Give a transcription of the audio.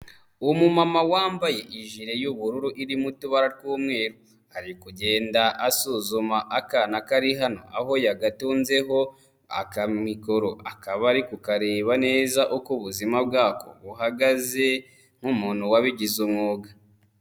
Umumama wambaye ijire y'ubururu irimo utubara tw'umweru, ari kugenda asuzuma akana kari hano aho yagatunzeho akamikoro, akaba ariko kareba neza uko ubuzima bwako buhagaze nk'umuntu wabigize umwuga.